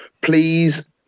please